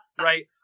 Right